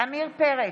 עמיר פרץ,